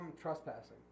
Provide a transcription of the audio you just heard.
trespassing